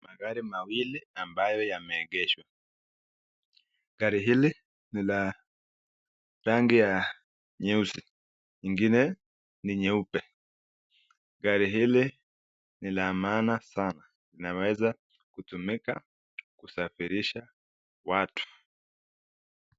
Magari mawili ambayo yameegeshwa. Gari hili ni la rangi ya nyeusi, ingine ni nyeupe. Gari hili ni la maana sana. Linaweza kutumika kusafirisha watu.